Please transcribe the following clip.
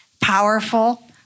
powerful